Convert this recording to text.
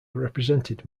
represented